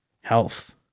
Health